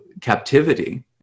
captivity